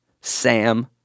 Sam